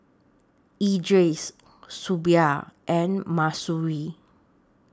Idris Shuib and Mahsuri